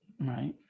right